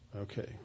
Okay